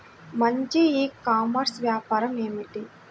మంచి e commerce వ్యాపారం ఏమిటీ?